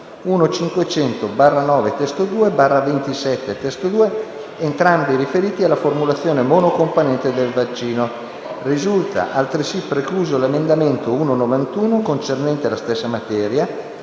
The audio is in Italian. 1.1500/27 (testo 2), entrambi riferiti alla formulazione monocomponente del vaccino. Risulta altresì precluso l'emendamento 1.91, concernente la stessa materia.